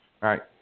right